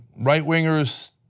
right-wingers,